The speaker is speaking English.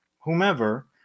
whomever